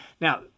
Now